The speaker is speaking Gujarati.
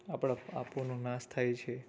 આપણાં પાપોનો નાશ થાય છે